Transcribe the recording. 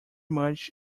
much